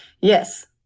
yes